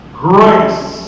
grace